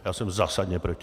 Já jsem zásadně proti.